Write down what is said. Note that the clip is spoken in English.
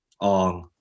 on